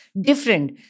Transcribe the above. different